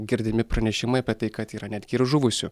girdimi pranešimai apie tai kad yra netgi ir žuvusių